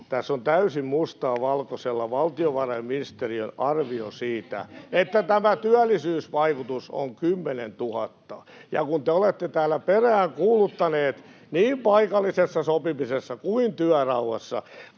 Tässä on täysin mustaa valkoisella valtiovarainministeriön arviossa siitä, [Vasemmalta: Mites TEM?] että tämä työllisyysvaikutus on 10 000, ja kun te olette täällä peräänkuuluttaneet niin paikallisessa sopimisessa, työrauhassa,